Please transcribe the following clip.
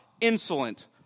insolent